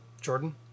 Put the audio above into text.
jordan